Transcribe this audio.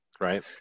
right